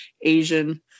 Asian